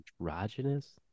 Androgynous